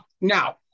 Now